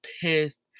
pissed